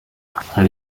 hafi